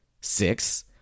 Six